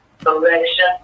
correction